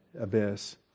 abyss